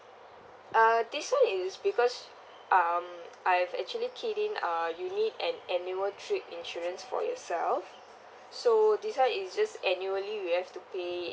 uh this one is because um I've actually keyed in uh unit and annual trip insurance for yourself so this one is just annually you have to pay